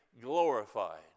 glorified